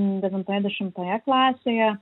devintoje dešimtoje klasėje